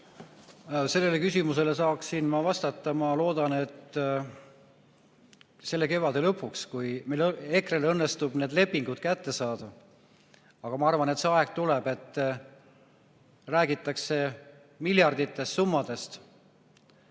Sellele küsimusele saaksin ma vastata, ma loodan, selle kevade lõpuks, kui EKRE-l õnnestub need lepingud kätte saada. Aga ma arvan, et see aeg tuleb. Räägitakse miljardistest summadest.